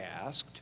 asked